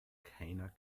keiner